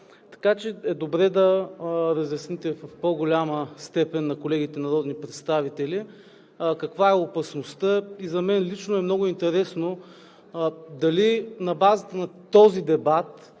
Така че е добре да разясните в по-голяма степен на колегите народни представители каква е опасността. За мен лично е много интересно дали на базата на този дебат